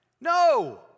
No